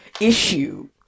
issue